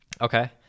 Okay